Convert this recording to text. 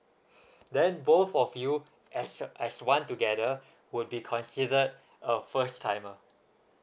then both of you accept as one together would be considered a first timer